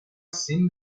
sin